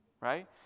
right